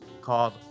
called